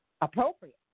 appropriate